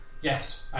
Yes